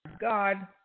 God